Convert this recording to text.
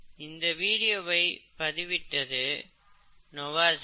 இந்த வீடியோவை பதிவிட்டது நோவாசைம்ஸ்